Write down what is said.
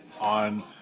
on